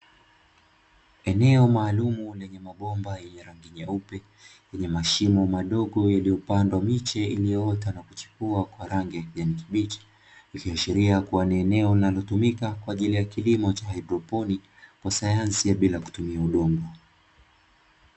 Eneo maalum lenye mabomba lenye rangi nyeupe lenye mashimo madogo yaliyopandwa miche iliyoota na kuchipua kwa rangi ya kijani kibichi, ikiashiria kuwa ni eneo linalotumika kwa kilimo cha Haidroponi kwa sanyansi ya bila kutumia udongo.